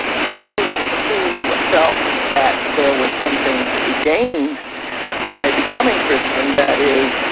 those who felt that there was something to be gained by becoming christian, that is,